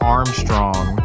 Armstrong